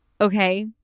Okay